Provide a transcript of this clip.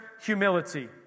humility